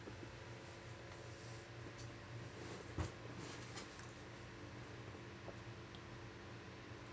but